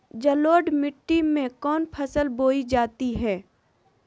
जलोढ़ मिट्टी में कौन फसल बोई जाती हैं?